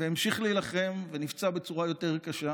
בקרב, המשיך להילחם ונפצע בצורה יותר קשה,